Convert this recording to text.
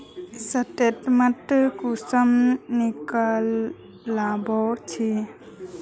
Statement कुंसम निकलाबो छी?